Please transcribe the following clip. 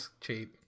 cheap